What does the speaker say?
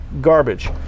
Garbage